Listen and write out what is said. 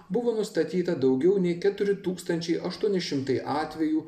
buvo nustatyta daugiau nei keturi tūkstančiai aštuoni šimtai atvejų